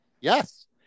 Yes